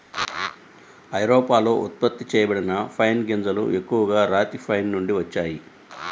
ఐరోపాలో ఉత్పత్తి చేయబడిన పైన్ గింజలు ఎక్కువగా రాతి పైన్ నుండి వచ్చాయి